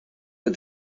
but